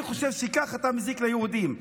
אני חושב שככה אתה מזיק ליהודים.